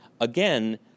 again